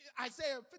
Isaiah